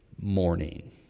morning